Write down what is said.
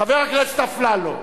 חבר הכנסת אפללו.